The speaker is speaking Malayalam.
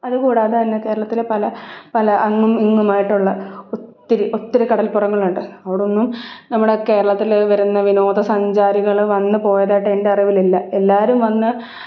അതുകൂടാതെ തന്നെ കേരളത്തിലെ പല പല അങ്ങും ഇങ്ങുമായിട്ടുള്ള ഒത്തിരി ഒത്തിരി കടൽപ്പുറങ്ങളുണ്ട് അവിടെയൊന്നും നമ്മുടെ കേരളത്തിൽ വരുന്ന വിനോദസഞ്ചാരികൾ വന്നുപോയതായിട്ട് എന്റെ അറിവിലില്ല എല്ലാവരും വന്ന്